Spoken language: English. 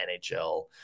NHL